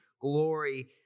glory